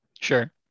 Sure